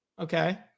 Okay